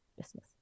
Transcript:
business